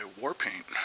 Warpaint